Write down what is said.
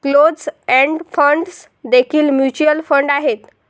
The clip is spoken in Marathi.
क्लोज्ड एंड फंड्स देखील म्युच्युअल फंड आहेत